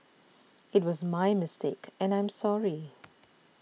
it was my mistake and I'm sorry